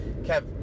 Kev